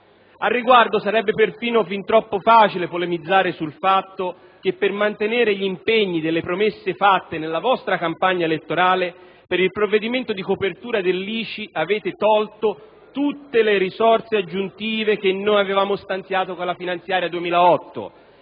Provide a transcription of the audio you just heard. Al riguardo, sarebbe perfino fin troppo facile polemizzare sul fatto che, per mantenere gli impegni e le promesse fatte nella vostra campagna elettorale, per il provvedimento di copertura dell'ICI avete tolto tutte le risorse aggiuntive che noi avevamo stanziato con la finanziaria 2008,